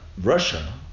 Russia